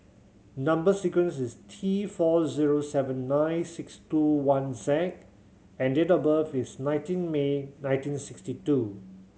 number sequence is T four zero seven nine six two one Z and date of birth is nineteen May nineteen sixty two